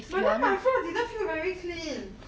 but then my floor didn't feel very clean